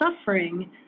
suffering